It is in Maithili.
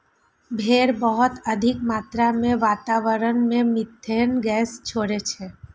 भेड़ बहुत अधिक मात्रा मे वातावरण मे मिथेन गैस छोड़ै छै